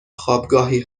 خوابگاهی